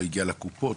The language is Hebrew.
לא הגיע לקופות.